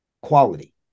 quality